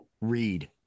read